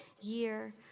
year